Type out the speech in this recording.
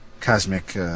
cosmic